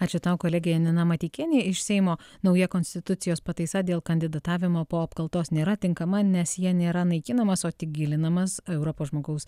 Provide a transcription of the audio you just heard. ačiū tau kolegė janina mateikienė iš seimo nauja konstitucijos pataisa dėl kandidatavimo po apkaltos nėra tinkama nes ja nėra naikinamas o tik gilinamas europos žmogaus